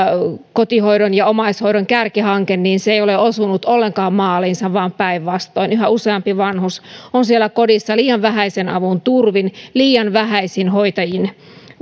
kotihoidon ja omaishoidon kärkihanke se ei ole osunut ollenkaan maaliinsa vaan päinvastoin yhä useampi vanhus on siellä kodissa liian vähäisen avun turvin liian vähäisin hoitajien